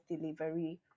delivery